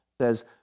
says